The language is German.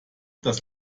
das